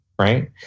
right